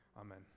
Amen